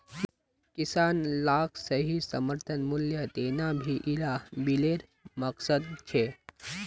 किसान लाक सही समर्थन मूल्य देना भी इरा बिलेर मकसद छे